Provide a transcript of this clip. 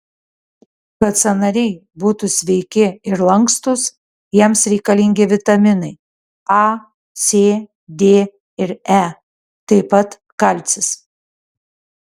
kad sąnariai būtų sveiki ir lankstūs jiems reikalingi vitaminai a c d ir e taip pat kalcis